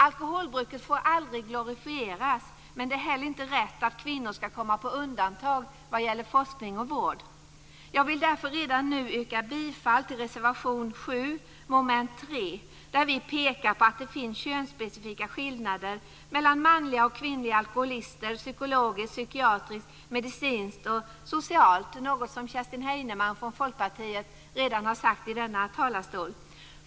Alkoholbruket får aldrig glorifieras, men det är heller inte rätt att kvinnor ska komma på undantag vad gäller forskning och vård. Jag vill därför redan nu yrka bifall till reservation 7, mom. 3, där vi pekar på att det finns könsspecifika skillnader mellan manliga och kvinnliga alkoholister psykologiskt, psykiatriskt, medicinskt och socialt, något som Kerstin Heinemann från Folkpartiet redan har sagt i denna talarstol.